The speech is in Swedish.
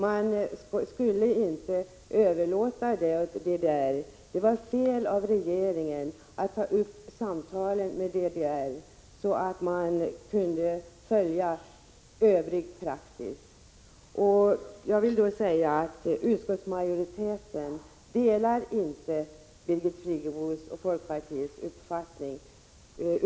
Regeringen har inte velat överlåta detta till DDR. Det var enligt Birgit Friggebos uppfattning fel av regeringen att ta upp samtal med DDR, så att man kunde följa övrig praxis. Utskottsmajoriteten delar inte Birgit Friggebos och folkpartiets uppfattning.